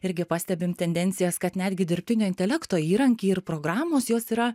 irgi pastebim tendencijas kad netgi dirbtinio intelekto įrankiai ir programos jos yra